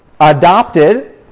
adopted